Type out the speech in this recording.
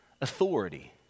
authority